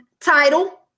title